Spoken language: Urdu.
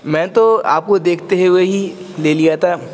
میں تو آپ کو دیکھتے ہوئے ہی لے لیا تھا